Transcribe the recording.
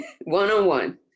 one-on-one